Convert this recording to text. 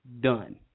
Done